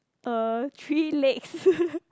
uh three legs